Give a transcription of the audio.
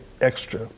extra